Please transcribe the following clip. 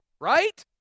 right